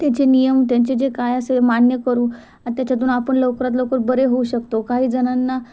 त्याचे नियम त्यांचे जे काय असेल मान्य करू आ त्याच्यातून आपण लवकरात लवकर बरे होऊ शकतो काही जणांना